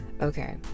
okay